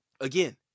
again